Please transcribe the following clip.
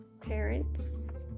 parents